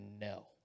no